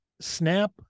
Snap